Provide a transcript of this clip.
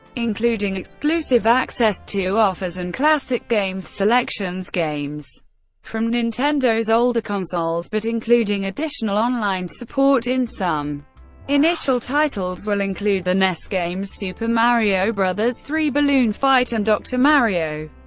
including exclusive access to offers and classic games selections, games from nintendo's older consoles, but including additional online support in some initial titles will include the nes games super mario bros. three, balloon fight, and dr. mario.